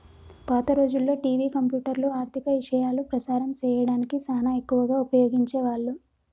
పాత రోజుల్లో టివి, కంప్యూటర్లు, ఆర్ధిక ఇశయాలు ప్రసారం సేయడానికి సానా ఎక్కువగా ఉపయోగించే వాళ్ళు